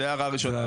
זה הערה ראשונה.